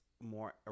more